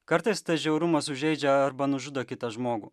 kartais tas žiaurumas sužeidžia arba nužudo kitą žmogų